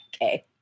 Okay